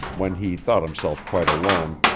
when he thought himself quite alone,